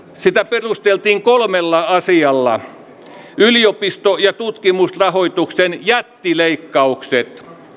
perusteltiin kolmella asialla yliopisto ja tutkimusrahoituksen jättileikkaukset